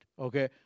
okay